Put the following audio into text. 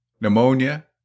pneumonia